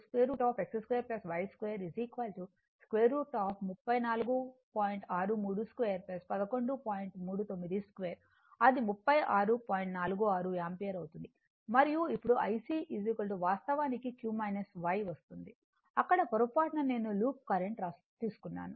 46 ampere అవుతుంది మరియు ఇప్పుడు IC వాస్తవానికి q y వస్తుంది అక్కడ పొరపాటున నేను లూప్ కరెంట్ తీసుకున్నాను